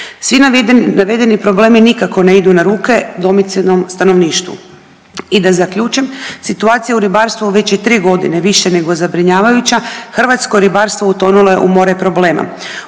Svi navedeni problemi nikako ne idu na ruke domicilnom stanovništvu. I da zaključim, situacija u ribarstvu već je 3.g. više nego zabrinjavajuća, hrvatsko ribarstvo utonulo je u more problema.